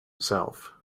itself